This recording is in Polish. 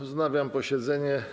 Wznawiam posiedzenie.